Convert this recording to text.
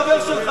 חולה נפש.